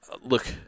look